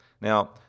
Now